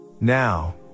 now